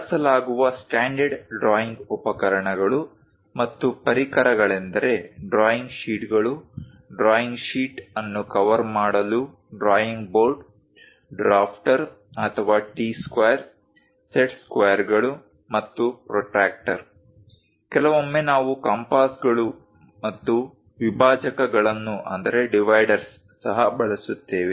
ಬಳಸಲಾಗುವ standard drawing ಉಪಕರಣಗಳು ಮತ್ತು ಪರಿಕರಗಳೆಂದರೆ ಡ್ರಾಯಿಂಗ್ ಶೀಟ್ಗಳು ಡ್ರಾಯಿಂಗ್ ಶೀಟ್ ಅನ್ನು ಕವರ್ ಮಾಡಲು ಡ್ರಾಯಿಂಗ್ ಬೋರ್ಡ್ ಡ್ರಾಫ್ಟರ್ ಅಥವಾ ಟಿ ಸ್ಕ್ವೇರ್ ಸೆಟ್ ಸ್ಕ್ವೆರ್ಗಳು ಮತ್ತು ಪ್ರೊಟ್ರಾಕ್ಟರ್ ಕೆಲವೊಮ್ಮೆ ನಾವು ಕಂಪಾಸ್ಗಳು ಮತ್ತು ವಿಭಾಜಕಗಳನ್ನು ಸಹ ಬಳಸುತ್ತೇವೆ